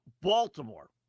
Baltimore